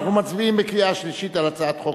אנחנו מצביעים בקריאה שלישית על הצעת חוק